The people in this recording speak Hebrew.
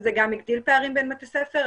זה הגדיל פערים בין בתי ספר,